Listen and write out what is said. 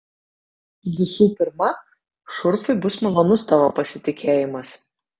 visų pirma šurfui bus malonus tavo pasitikėjimas